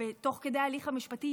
תוך כדי ההליך המשפטי,